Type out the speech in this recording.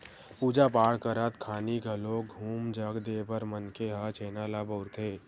पूजा पाठ करत खानी घलोक हूम जग देय बर मनखे मन ह छेना ल बउरथे